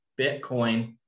Bitcoin